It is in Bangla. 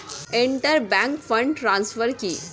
ইন্টার ব্যাংক ফান্ড ট্রান্সফার কি?